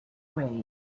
way